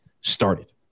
started